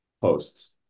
posts